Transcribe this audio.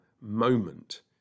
moment